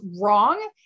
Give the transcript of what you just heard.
wrong